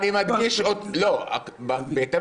בהתאם